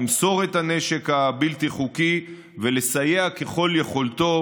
למסור את הנשק הבלתי-חוקי ולסייע ככל יכולתו